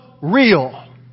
real